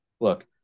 look